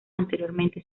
anteriormente